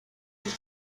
los